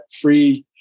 free